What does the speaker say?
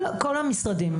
כל המשרדים.